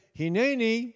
hineni